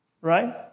right